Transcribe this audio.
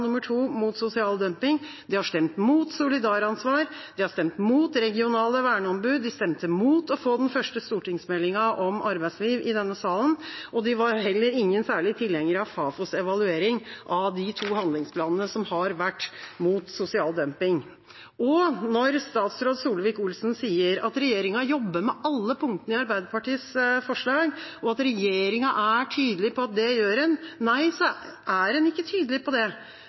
sosial dumping, de har stemt imot solidaransvar, de har stemt imot regionale verneombud, de stemte imot å få den første stortingsmeldinga om arbeidsliv i denne salen, og de var heller ingen særlige tilhengere av Fafos evaluering av de to handlingsplanene som har vært mot sosial dumping. Når statsråd Solvik-Olsen sier at regjeringa jobber med alle punktene i Arbeiderpartiets forslag, og at regjeringa er tydelig på at det gjør en – nei, så er en ikke tydelig på det,